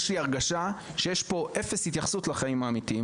יש לי הרגשה שיש פה אפס התייחסות לחיים האמיתיים.